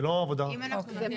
זה לא עבודה --- אם אנחנו נותנים